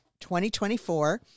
2024